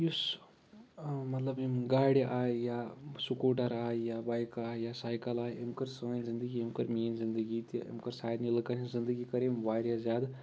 یُس مطلب یِم گاڑِ آے یا سُکوٗٹَر آے یا بایکہٕ آے یا سایکَل آے أمۍ کٔر سٲنۍ زندگی أمۍ کٔر میٲنۍ زندگی تہِ أمۍ کٔر سارنٕے لُکَن ہِنٛز زندگی کٔر أمۍ واریاہ زیادٕ